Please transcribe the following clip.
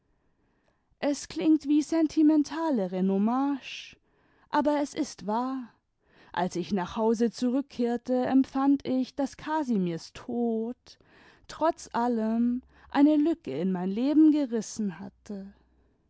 es klingt wie sentimentale renommage aber es ist wahr als ich nach hause zurückkehrte empfand ich daß casimirs tod trotz allem eine lücke in mein leben gerissen hatte